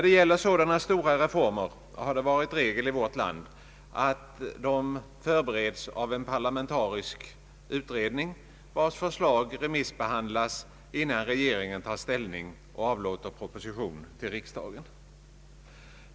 Det har varit regel i vårt land att sådana stora reformer förbereds av en parlamentarisk utredning, vars förslag remissbehandlas innan regeringen tar ställning och avlåter proposition till riksdagen.